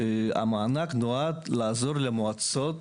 המענק נועד לעזור למועצות